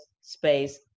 Space